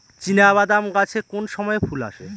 চিনাবাদাম গাছে কোন সময়ে ফুল আসে?